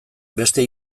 beste